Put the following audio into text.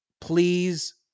Please